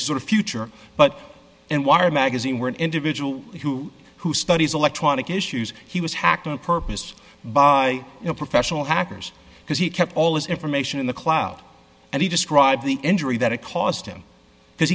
sort of future but and wired magazine where an individual who who studies electronic issues he was hacked on purpose by you know professional hackers because he kept all his information in the cloud and he described the injury that it caused him because